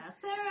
sarah